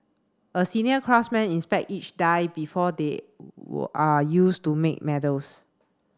a senior craftsman inspect each die before they are used to make medals